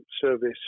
service